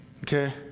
okay